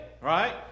right